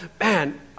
man